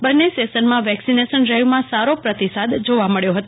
બંને સેશનમં વેકશીનેસન ડ્ર ઈવમં સ રો પ્રતિસ દ જોવ મબ્યો હતો